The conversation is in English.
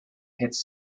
hits